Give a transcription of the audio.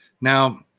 Now